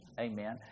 Amen